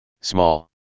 small